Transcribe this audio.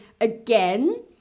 again